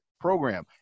program